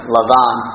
Lavan